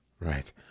right